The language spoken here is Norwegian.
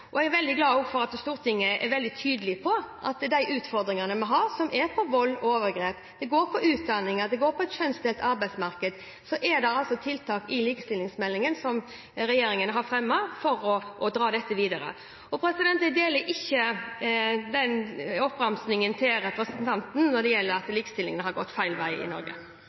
har som går på vold og overgrep, på utdanning og på et kjønnsdelt arbeidsmarked, er det tiltak i likestillingsmeldingen som regjeringen har fremmet for å dra dette videre. Jeg deler ikke representantens syn når det gjelder oppramsingen om at likestillingen har gått feil vei.